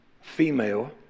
female